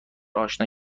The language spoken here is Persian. آشنا